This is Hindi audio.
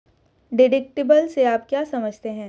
डिडक्टिबल से आप क्या समझते हैं?